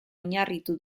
oinarritu